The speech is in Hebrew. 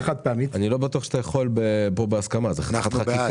אני לא בטוח שאתה יכול בהסכמה, אתה צריך חקיקה.